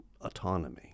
autonomy